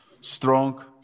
strong